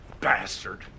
Bastard